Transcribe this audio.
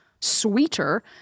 sweeter